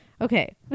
okay